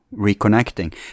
reconnecting